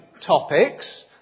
topics